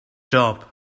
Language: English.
job